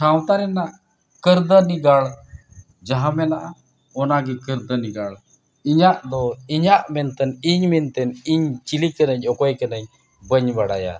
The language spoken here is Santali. ᱥᱟᱶᱛᱟ ᱨᱮᱱᱟᱜ ᱠᱟᱹᱨᱫᱷᱟᱹᱱᱤ ᱜᱟᱲ ᱡᱟᱦᱟᱸ ᱢᱮᱱᱟᱜᱼᱟ ᱚᱱᱟᱜᱮ ᱠᱟᱹᱨᱫᱷᱟᱹᱱᱤ ᱜᱟᱲ ᱤᱧᱟᱹᱜ ᱫᱚ ᱤᱧᱟᱹᱜ ᱢᱮᱱᱛᱮ ᱤᱧ ᱢᱮᱱᱛᱮ ᱤᱧ ᱪᱤᱞᱤ ᱠᱟᱹᱱᱟᱹᱧ ᱚᱠᱚᱭ ᱠᱟᱹᱱᱟᱹᱧ ᱵᱟᱹᱧ ᱵᱟᱲᱟᱭᱟ